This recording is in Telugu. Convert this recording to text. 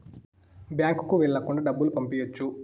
బ్యాంకుకి వెళ్ళకుండా డబ్బులు పంపియ్యొచ్చు